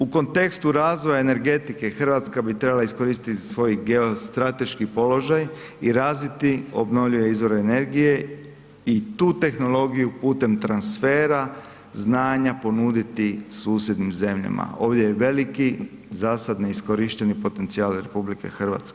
U kontekstu razvoja energetike i RH bi trebala iskoristiti svoj geostrateški položaj i razviti obnovljive izvore energije i tu tehnologiju putem transfera znanja ponuditi susjednim zemljama, ovdje je veliki zasad neiskorišteni potencijal RH.